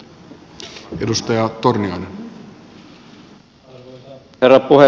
arvoisa herra puhemies